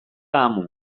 amu